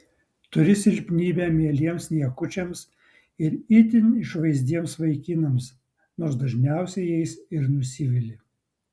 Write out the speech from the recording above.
turi silpnybę mieliems niekučiams ir itin išvaizdiems vaikinams nors dažniausiai jais ir nusivili